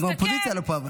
גם האופוזיציה לא פה.